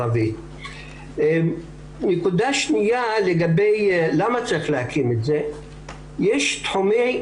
השאלה הזאת עולה, ואני חושב שזה עניין של